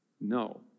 No